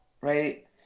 right